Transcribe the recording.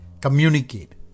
communicate